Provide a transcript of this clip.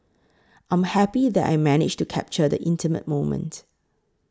I'm happy that I managed to capture the intimate moment